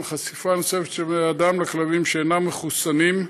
וחשיפה נוספת של בני אדם לכלבים שאינם מחוסנים,